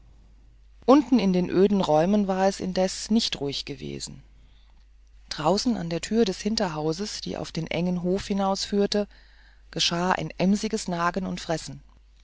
unten in den öden räumen war es indessen nicht ruhig gewesen draußen an der tür des hinterhauses die auf den engen hof hinausführt geschah ein emsiges nagen und fressen